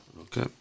Okay